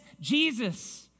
Jesus